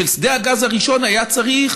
של שדה הגז הראשון, היה צריך